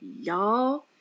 y'all